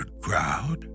crowd